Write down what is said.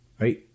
Right